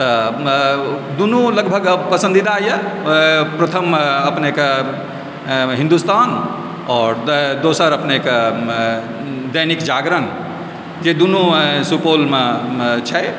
दुनु लगभग पसन्दीदा यऽ प्रथम अपनेके हिन्दुस्तान आओर दोसर अपनेके दैनिक जागरण जे दुनू सुपौलमे छै